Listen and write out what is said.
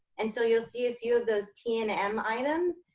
and so you'll see a few of those t and m items.